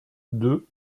deux